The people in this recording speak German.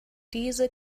diese